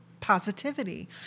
positivity